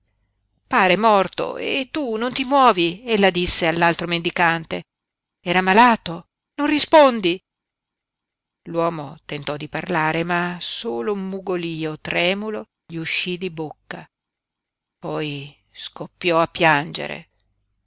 pare morto e tu non ti muovi ella disse all'altro mendicante era malato non rispondi l'uomo tentò di parlare ma solo un mugolío tremulo gli uscí di bocca poi scoppiò a piangere